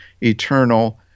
eternal